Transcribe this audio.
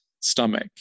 stomach